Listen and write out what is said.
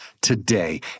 today